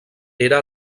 era